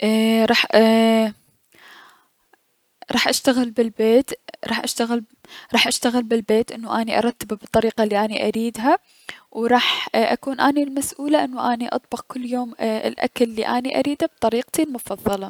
ايي- راح ايي- اشتغل بلبيت انو اني ارتبه بالطريقة الي اني اريدها و و راح اكون اني المسؤولة انو اني اطبخ كل اليوم الأكل الي اني اريده بطريقتي المفضلة.